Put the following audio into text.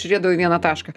žiūrėdavo į vieną tašką